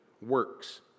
works